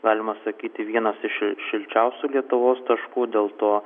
galima sakyti vienas iš šil šilčiausių lietuvos taškų dėl to